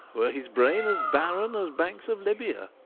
were his brain as barren as banks of libya-though,